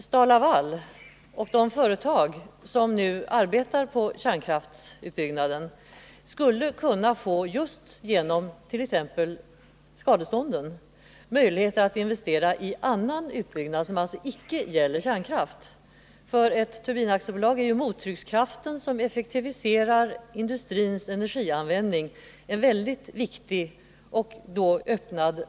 STAL-LAVAL och de företag som nu arbetar på kärnkraftsutbyggnaden skulle — just genom t.ex. skadestånden — kunna få möjlighet att investera i annan produktion, som alltså icke gäller kärnkraft. För ett turbinaktiebolag är mottryckskraften, som effektiviserar industrins energianvändning, en väldigt viktig marknad som då öppnas.